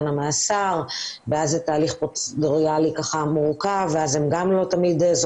המאסר ואז זה תהליך פרוצדורלי מורכב כאשר לא תמיד הם